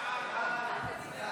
ההצעה להעביר